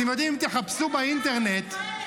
אם תחפשו באינטרנט ------ קהלת,